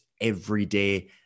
everyday